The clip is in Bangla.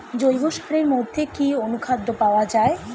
জৈব সারের মধ্যে কি অনুখাদ্য পাওয়া যায়?